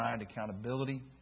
accountability